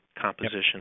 composition